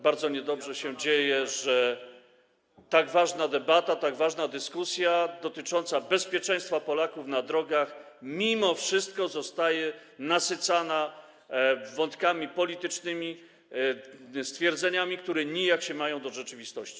Bardzo niedobrze się dzieje, że tak ważna debata, tak ważna dyskusja dotycząca bezpieczeństwa Polaków na drogach mimo wszystko jest nasycana wątkami politycznymi, stwierdzeniami, które nijak się mają do rzeczywistości.